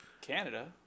Canada